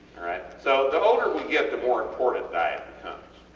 alright. so, the older we get the more important diet becomes,